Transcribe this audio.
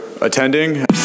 attending